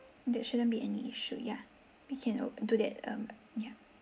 that shouldn't be any issue ya we can do that um ya